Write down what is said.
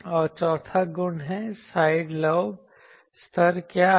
और चौथा गुण है साइड लोब स्तर क्या है